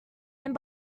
and